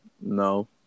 No